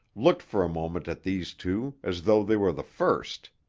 looked for a moment at these two as though they were the first.